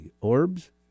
orbs